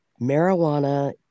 marijuana